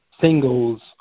singles